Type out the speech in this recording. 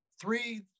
three